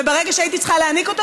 וברגע שהייתי צריכה להיניק אותו,